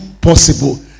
possible